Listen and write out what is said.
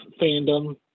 fandom